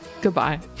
Goodbye